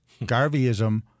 Garveyism